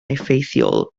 effeithiol